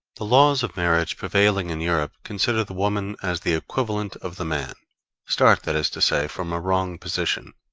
the laws of marriage prevailing in europe consider the woman as the equivalent of the man start, that is to say, from a wrong position.